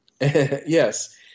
Yes